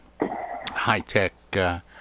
high-tech